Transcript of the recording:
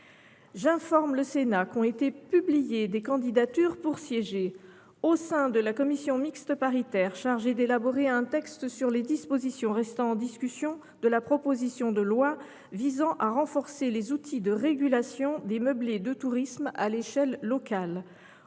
J’informe le Sénat qu’ont été publiées des candidatures pour siéger au sein de la commission mixte paritaire chargée d’élaborer un texte sur les dispositions restant en discussion de la proposition de loi visant à renforcer les outils de régulation des meublés de tourisme à l’échelle locale,